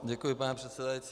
Děkuji, pane předsedající.